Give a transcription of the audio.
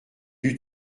eut